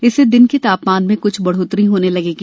इससे दिन के तापमान में कुछ बढ़ोतरी होने लगेगी